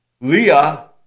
Leah